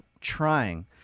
trying